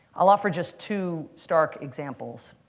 i'll offer just two stark examples.